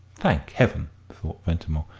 thank heaven, thought ventimore,